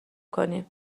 کنیم